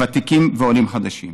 ותיקים ועולים חדשים.